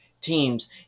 teams